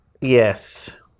Yes